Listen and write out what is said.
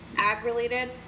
ag-related